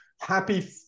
Happy